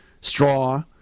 Straw